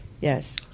yes